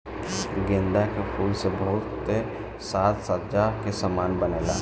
गेंदा के फूल से बहुते साज सज्जा के समान बनेला